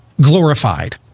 glorified